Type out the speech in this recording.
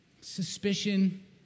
suspicion